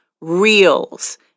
reels